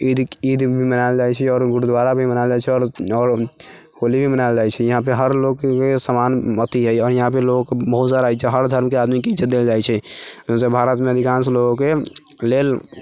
ईद ईद भी मनायल जाइत छै आओर गुरुद्वारा भी मनायल जाइत छै आओर आओर होली भी मनायल जाइत छै यहाँपर हर लोकके समान अथी हइ आओर यहाँपर लोक बहुत सारा हइ हर धर्मके आदमीकेँ इज्जत देल जाइत छै जैसे भारतमे अधिकांश लोकके लेल